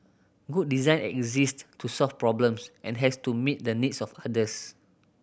good design exist to solve problems and has to meet the needs of others